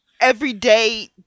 everyday